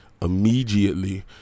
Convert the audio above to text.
Immediately